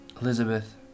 Elizabeth